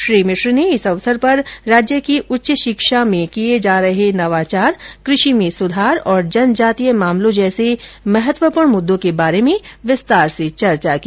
श्री मिश्र ने इस अवसर पर राज्य की उच्च शिक्षा में किये जा रहे नवाचार कृषि में सुधार और जनजातीय मामलों जैसे महत्वपूर्ण मुददों के बारे में विस्तार से चर्चा की